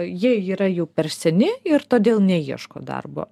jie yra jau per seni ir todėl neieško darbo